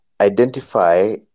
identify